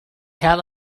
had